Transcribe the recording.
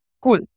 cool